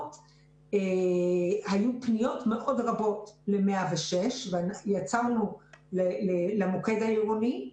היו פניות מאוד רבות ל-106, למוקד העירוני.